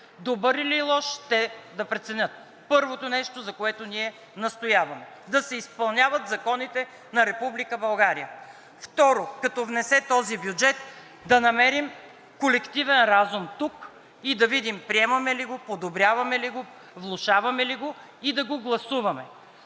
добър или лош, те да преценят. Първото нещо, за което ние настояваме – да се изпълняват законите на Република България. Второ, като внесе този бюджет, да намерим колективен разум тук и да видим приемаме ли го, подобряваме ли го, влошаваме ли го и да го гласуваме.